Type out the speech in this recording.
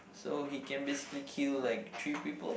so he can basically kill like three people